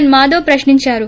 yes Madhav ప్రశ్ని ంచారు